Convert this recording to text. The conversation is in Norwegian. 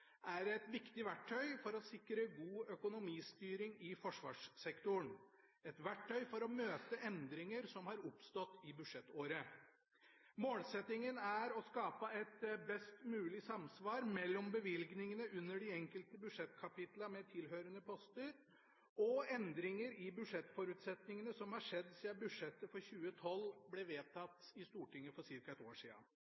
er et viktig verktøy for å sikre god økonomistyring i forsvarssektoren – et verktøy for å møte endringer som har oppstått i budsjettåret. Målsettingen er å skape et best mulig samsvar mellom bevilgningene under de enkelte budsjettkapitler med tilhørende poster og endringer i budsjettforutsetningene som har skjedd siden budsjettet for 2012 ble